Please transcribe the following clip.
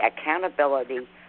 accountability